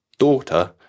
daughter